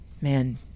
man